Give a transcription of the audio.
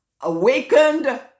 Awakened